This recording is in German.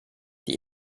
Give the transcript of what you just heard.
die